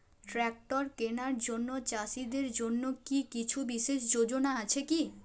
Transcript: Tractor কেনার জন্য চাষীদের জন্য কী কিছু বিশেষ যোজনা আছে কি?